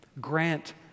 grant